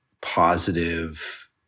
positive